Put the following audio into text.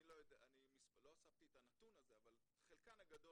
אני לא הוספתי את הנתון הזה, אבל חלקן הגדול.